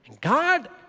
God